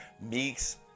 Meeks